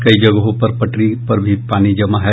कई जगहों पर पटरी पर भी पानी जमा है